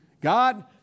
God